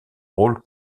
rôles